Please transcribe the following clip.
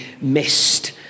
missed